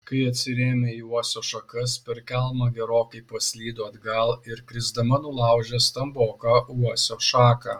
kai atsirėmė į uosio šakas per kelmą gerokai paslydo atgal ir krisdama nulaužė stamboką uosio šaką